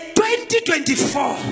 2024